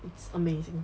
it's amazing